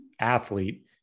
athlete